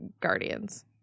guardians